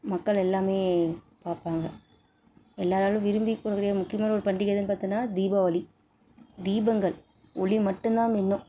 மக்கள் எல்லாருமே பார்ப்பாங்க எல்லோராலும் விரும்பி கும்பிடக்கூடிய முக்கியமான ஒரு பண்டிகை எதுன்னு பாத்தோன்னா தீபாவளி தீபங்கள் ஒளி மட்டும் தான் மின்னும்